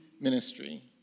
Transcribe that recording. ministry